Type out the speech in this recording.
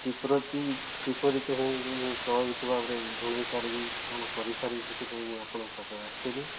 କିପରି କିପରି ତ ହଁ ମୁଁ ପ୍ରଭାବିତ ଭାବରେ ଜଣାଇ ପାରିବି କ'ଣ କରିପାରିବି ସେଥିପାଇଁ ମୁଁ ଆପଣଙ୍କ ପାଖରେ ଆସିଥିଲି